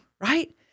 Right